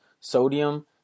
sodium